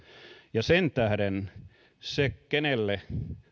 ja sen tähden se kenelle